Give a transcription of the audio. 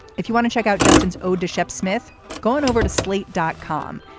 if you want to check out justin's oda shep smith gone over to slate dot com.